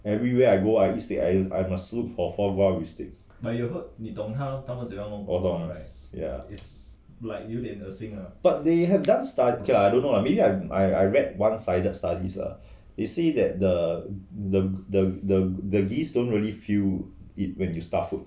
everywhere I go I eat steak I must look for for foie gras with steak 我懂 but they have done study ah I don't know lah maybe I'm I read one sided studies lah they said that the the the the geese don't really feel it when you start to